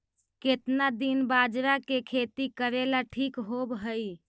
केतना दिन बाजरा के खेती करेला ठिक होवहइ?